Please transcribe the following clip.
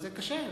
וזה קשה,